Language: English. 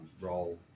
role